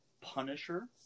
Punisher